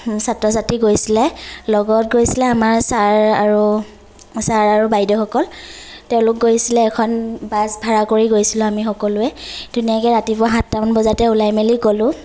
ছাত্ৰ ছাত্ৰী গৈছিলে লগত গৈছিলে আমাৰ চাৰ আৰু চাৰ আৰু বাইদেউসকল তেওঁলোক গৈছিলে এখন বাছ ভাৰা কৰি গৈছিলোঁ আমি সকলোৱে ধুনীয়াকে ৰাতিপুৱা সাতটামান বজাতে ওলাই মেলি গ'লো